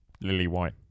lily-white